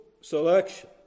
selection